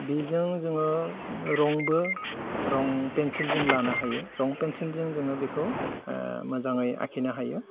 बिजों जोङो रंबो रं पेन्सिलजों लानो हायो रं पेन्सिलजों जोङो बेखौ मोजाङै आखिनो हायो